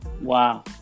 Wow